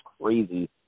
crazy